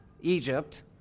Egypt